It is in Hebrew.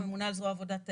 הממונה על זרוע העבודה,